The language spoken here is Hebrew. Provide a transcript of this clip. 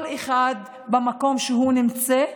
כל אחד במקום שהוא נמצא,